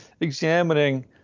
examining